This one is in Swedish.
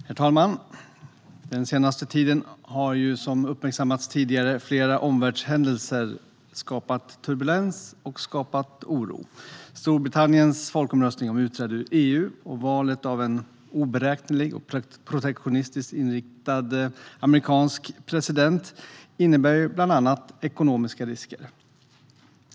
Herr talman! Den senaste tiden har som uppmärksammats tidigare flera omvärldshändelser skapat turbulens och oro. Storbritanniens folkomröstning om utträde ur EU och valet av en oberäknelig och protektionistiskt inriktad amerikansk president innebär bland annat ekonomiska risker.